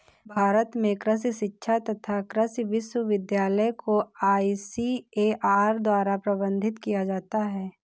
भारत में कृषि शिक्षा तथा कृषि विश्वविद्यालय को आईसीएआर द्वारा प्रबंधित किया जाता है